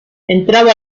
entraba